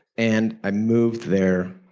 and i moved there.